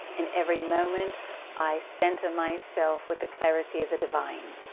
in every moment i center myself with the clarity of the divine.